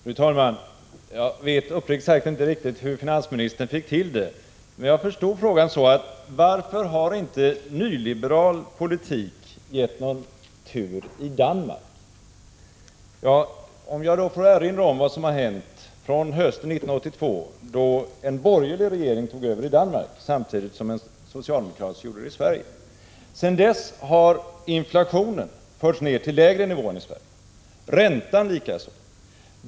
Fru talman! Jag vet uppriktigt sagt inte hur finansministern fick till det, men jag förstod frågan så: Varför har inte nyliberal politik gett någon tur i Danmark? Får jag då erinra om vad som har hänt sedan hösten 1982, när en borgerlig regering tog över i Danmark samtidigt som en socialdemokratisk gjorde det i Sverige. Sedan dess har inflationen förts ner till en lägre nivå än i Sverige, och räntan likaså.